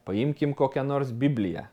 paimkime kokią nors bibliją